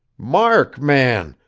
mark, man!